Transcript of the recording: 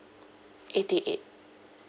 eighty eight